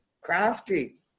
crafty